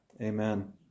Amen